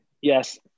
Yes